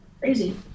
Crazy